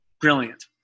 brilliant